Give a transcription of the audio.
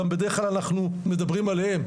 גם בדרך כלל אנחנו מדברים עליהם,